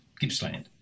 Gippsland